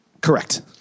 Correct